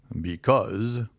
Because